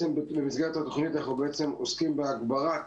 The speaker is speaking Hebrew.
במסגרת התוכנית אנחנו עוסקים בהגברת